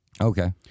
Okay